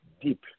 deep